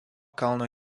kalno